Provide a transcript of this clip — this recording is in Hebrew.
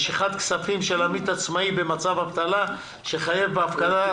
(משיכת כספים של עמית עצמאי במצב אבטלה שחייב בהפקדה),